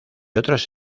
otros